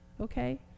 Okay